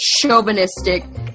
chauvinistic